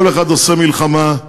כל אחד עושה מלחמה,